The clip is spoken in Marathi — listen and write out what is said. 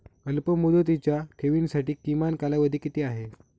अल्पमुदतीच्या ठेवींसाठी किमान कालावधी किती आहे?